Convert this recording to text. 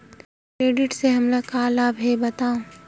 Credit से हमला का लाभ हे बतावव?